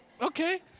okay